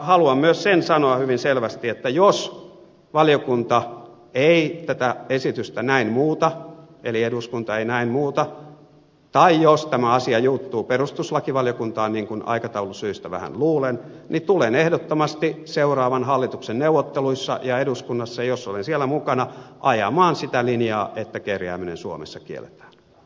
haluan myös sen sanoa hyvin selvästi että jos valiokunta ei tätä esitystä näin muuta eli eduskunta ei sitä näin muuta tai jos tämä asia juuttuu perustuslakivaliokuntaan niin kuin aikataulusyistä vähän luulen niin tulen ehdottomasti seuraavan hallituksen neuvotteluissa ja eduskunnassa jos olen siellä mukana ajamaan sitä linjaa että kerjääminen suomessa kielletään